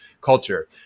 culture